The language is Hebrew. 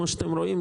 כמו שאתם רואים,